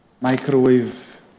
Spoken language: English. microwave